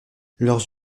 leurs